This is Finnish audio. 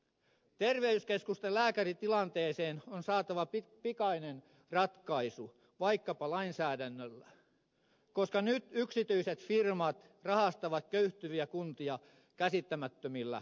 terveyskeskusten lääkäritilanteeseen on saatava pikainen ratkaisu vaikkapa lainsäädännöllä koska nyt yksityiset firmat rahastavat köyhtyviä kuntia käsittämättömillä veloituksilla